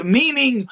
meaning